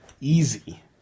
Easy